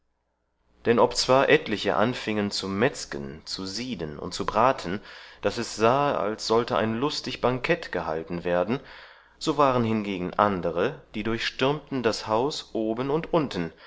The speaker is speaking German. dann obzwar etliche anfiengen zu metzgen zu sieden und zu braten daß es sahe als sollte ein lustig bankett gehalten werden so waren hingegen andere die durchstürmten das haus unten und oben